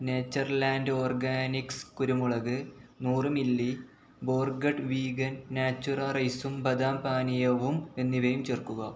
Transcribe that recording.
Natureland organics കുരുമുളക് നൂറ് milli ബോർഗട്ട് വീഗൻ നാച്ചുറൽ റൈസും ബദാം പാനീയവും എന്നിവയും ചേർക്കുക